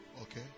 Okay